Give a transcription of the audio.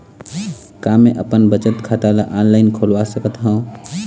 का मैं अपन बचत खाता ला ऑनलाइन खोलवा सकत ह?